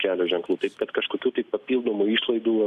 kelio ženklu taip kad kažkokių tai papildomų išlaidų